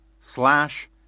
slash